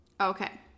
Okay